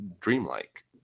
dreamlike